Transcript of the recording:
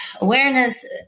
awareness